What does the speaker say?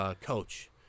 coach